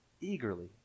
eagerly